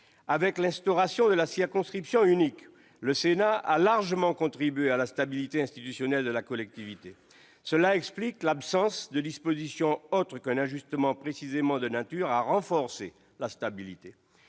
avec l'instauration de la circonscription unique, le Sénat a largement contribué à la stabilité institutionnelle de la collectivité, ce qui explique l'absence de dispositions autres qu'un ajustement précisément de nature à renforcer cette stabilité.